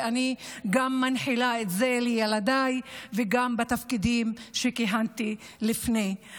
ואני גם מנחילה את זה לילדיי וגם בתפקידים שכיהנתי לפני כן.